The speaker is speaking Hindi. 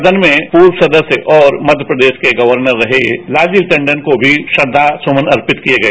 सदन में पूर्व सदस्य और मध्य प्रदेश के गवर्नर रहे लालजी टंडन को भी श्रद्वासुमन अर्पित किए गए